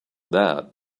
that